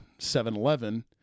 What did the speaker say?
7-Eleven